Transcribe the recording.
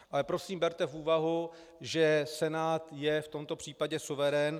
Ale prosím, berte v úvahu, že Senát je v tomto případě suverén.